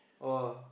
!wah!